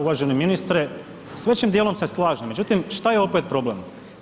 Uvaženi ministre, s većim djelom se slažem, međutim, šta je opet problem?